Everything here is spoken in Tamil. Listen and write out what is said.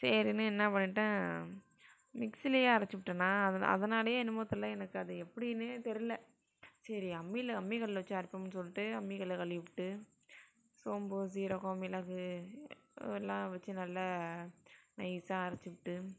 சரின்னு என்ன பண்ணிவிட்டேன் மிக்ஸிலேயே அரைச்சி விட்டனா அது அதனாலேயே என்னமோ தெரில எனக்கு அது எப்படின்னே தெரில சரி அம்மியில் அம்மி கல்லில் வெச்சு அரைப்போம்னு சொல்லிவிட்டு அம்மி கல்லை கழுவி விட்டு சோம்பு சீரகம் மிளகு எல்லாம் வெச்சி நல்லா நைசாக அரைத்து விட்டு